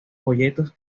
folletos